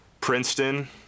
Princeton